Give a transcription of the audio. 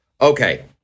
Okay